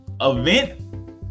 event